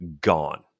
gone